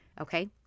okay